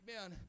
Man